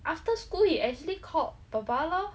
after school he actually called papa lor